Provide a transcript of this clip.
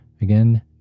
Again